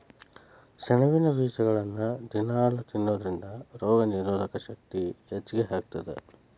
ಸೆಣಬಿನ ಬೇಜಗಳನ್ನ ದಿನಾಲೂ ತಿನ್ನೋದರಿಂದ ರೋಗನಿರೋಧಕ ಶಕ್ತಿ ಹೆಚ್ಚಗಿ ಆಗತ್ತದ